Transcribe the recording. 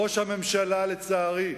ראש הממשלה, לצערי,